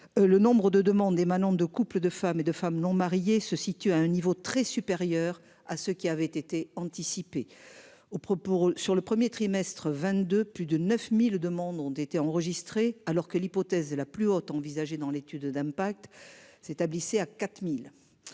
Le nombre de demandes émanant de couples de femmes et de femmes non mariées se situe à un niveau très supérieur à ce qui avait été anticipé. Aux propos sur le 1er trimestre 22, plus de 9000 demandes ont été enregistrées. Alors que l'hypothèse la plus haute envisagée dans l'étude d'impact, s'établissait à 4000.